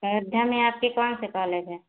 अयोध्या में आपके कौन से कॉलेज हैं